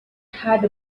had